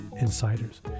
insiders